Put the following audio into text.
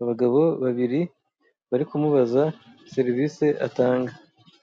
abagabo babiri bari kumubaza serivise atanga.